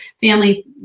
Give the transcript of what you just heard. family